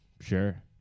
Sure